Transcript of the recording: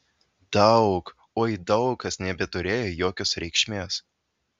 daug oi daug kas nebeturėjo jokios reikšmės